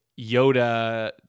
Yoda